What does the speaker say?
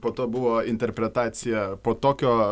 po to buvo interpretacija po tokio